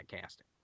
casting